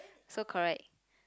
so correct